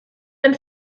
ein